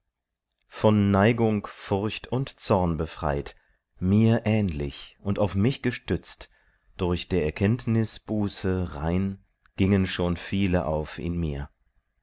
von neigung furcht und zorn befreit mir ähnlich und auf mich gestützt durch der erkenntnis buße rein gingen schon viele auf in mir